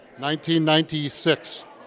1996